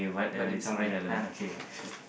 but it's alright ah